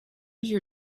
your